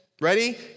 ready